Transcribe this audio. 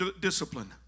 discipline